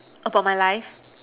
about my life